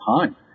time